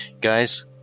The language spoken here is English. Guys